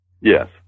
Yes